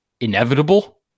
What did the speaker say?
inevitable